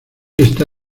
está